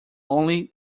only